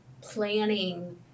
planning